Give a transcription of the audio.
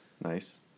Nice